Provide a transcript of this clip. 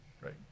right